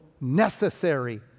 necessary